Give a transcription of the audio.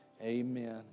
Amen